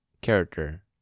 character